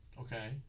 Okay